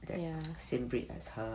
that same breed as her